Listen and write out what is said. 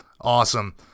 Awesome